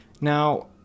Now